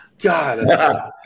God